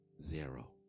zero